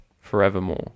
forevermore